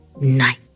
night